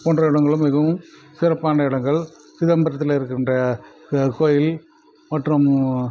போன்ற இடங்களும் மிகவும் சிறப்பான இடங்கள் சிதம்பரத்தில் இருக்கின்ற கோயில் மற்றும்